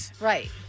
Right